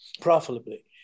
profitably